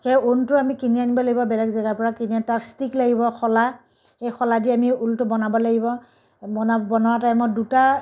সেই ঊণটো আমি কিনি আনিব লাগিব বেলেগ জেগাৰ পৰা কিনি আনি তাত ষ্টিক লাগিব শলা এই শলাইদি আমি ঊলটো বনাব লাগিব বনাব বনোৱা টাইমত দুটা